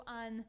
on